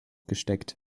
gesteckt